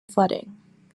flooding